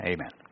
Amen